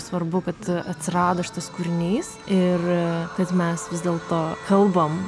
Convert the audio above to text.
svarbu kad atsirado šitas kūrinys ir kad mes vis dėlto kalbam